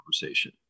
conversation